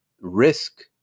risk